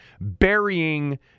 burying